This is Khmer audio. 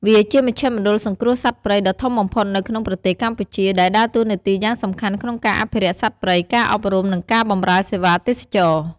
វាជាមជ្ឈមណ្ឌលសង្គ្រោះសត្វព្រៃដ៏ធំបំផុតនៅក្នុងប្រទេសកម្ពុជា ដែលដើរតួនាទីយ៉ាងសំខាន់ក្នុងការអភិរក្សសត្វព្រៃ ការអប់រំ និងការបម្រើសេវាទេសចរណ៍។